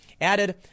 added